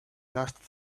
last